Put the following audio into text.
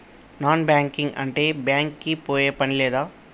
Non banking అంటే bank కి పోయే పని లేదా?